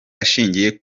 ashingiye